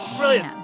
brilliant